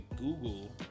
Google